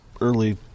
early